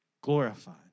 glorified